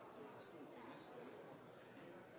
at hvis du